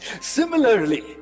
Similarly